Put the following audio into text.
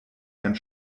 ganz